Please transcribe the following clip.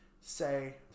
say